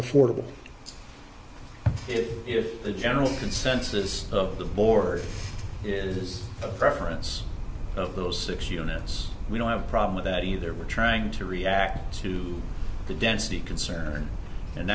affordable if the general consensus of the board is preference of those six units we don't have a problem with that either we're trying to react to the density concerns and